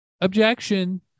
objection